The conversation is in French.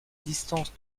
distances